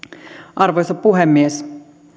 arvoisa puhemies